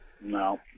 No